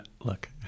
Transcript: Look